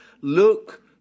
Look